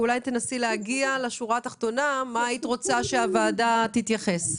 אולי תנסי להגיע לשורה התחתונה למה שהיית רוצה שהוועדה תתייחס.